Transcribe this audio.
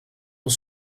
ont